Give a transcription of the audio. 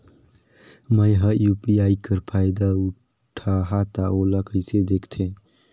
मैं ह यू.पी.आई कर फायदा उठाहा ता ओला कइसे दखथे?